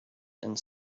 and